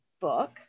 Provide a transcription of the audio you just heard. book